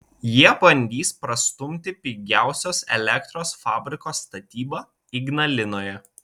jie bandys prastumti pigiausios elektros fabriko statybą ignalinoje